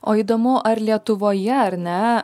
o įdomu ar lietuvoje ar ne